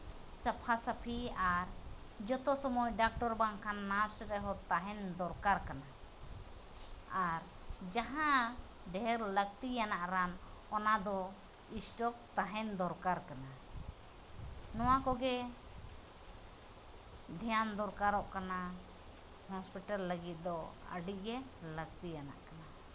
ᱥᱟᱯᱷᱟᱼᱥᱟᱹᱯᱷᱤ ᱟᱨ ᱡᱚᱛᱚ ᱥᱚᱢᱚᱭ ᱰᱟᱠᱛᱚᱨ ᱵᱟᱝᱠᱷᱟᱱ ᱱᱟᱨᱥ ᱨᱮᱦᱚᱸ ᱛᱟᱦᱮᱱ ᱫᱚᱨᱠᱟᱨ ᱠᱟᱱᱟ ᱟᱨ ᱡᱟᱦᱟᱸ ᱰᱷᱮᱨ ᱞᱟᱹᱠᱛᱤᱭᱟᱱᱟᱜ ᱨᱟᱱ ᱚᱱᱟᱫᱚ ᱥᱴᱚᱠ ᱛᱟᱦᱮᱱ ᱫᱚᱨᱠᱟᱨ ᱠᱟᱱᱟ ᱱᱚᱣᱟ ᱠᱚᱜᱮ ᱫᱷᱮᱭᱟᱱ ᱫᱚᱨᱠᱟᱨᱚᱜ ᱠᱟᱱᱟ ᱦᱚᱥᱯᱤᱴᱟᱞ ᱞᱟᱹᱜᱤᱫ ᱫᱚ ᱟᱹᱰᱤᱜᱮ ᱞᱟᱹᱠᱛᱤᱭᱟᱱᱟᱜ ᱠᱟᱱᱟ